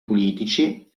politici